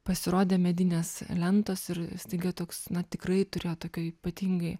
pasirodė medinės lentos ir staiga toks na tikrai turėjo tokio ypatingai